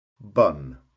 bun